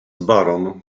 baron